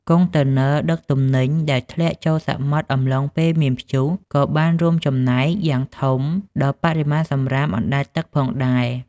កុងតឺន័រដឹកទំនិញដែលធ្លាក់ចូលសមុទ្រអំឡុងពេលមានព្យុះ ក៏បានរួមចំណែកយ៉ាងធំដល់បរិមាណសំរាមអណ្តែតទឹកផងដែរ។